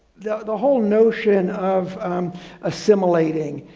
the the whole notion of assimilating,